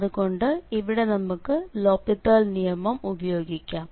അതുകൊണ്ട് ഇവിടെ നമുക്ക് LHospital നിയമം ഉപയോഗിക്കാം